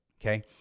Okay